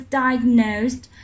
diagnosed